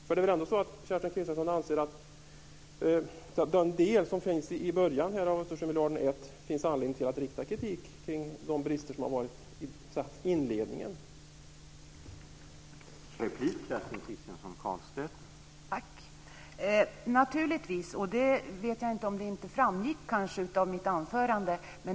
Kerstin Kristiansson anser väl ändå att det finns anledning att rikta kritik mot bristerna i inledningen av hanteringen av Östersjömiljard 1.